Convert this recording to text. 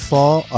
Fall